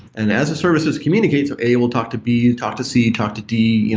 and as the services communicate, so a will talk to b, talk to c, talk to d,